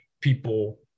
people